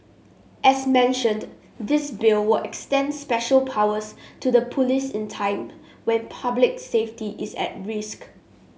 as mentioned this Bill will extend special powers to the police in time when public safety is at risk